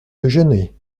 déjeuner